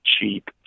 cheap